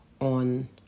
on